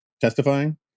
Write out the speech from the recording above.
testifying